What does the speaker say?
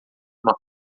uma